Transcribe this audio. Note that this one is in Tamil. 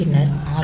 பின்னர் ஆர்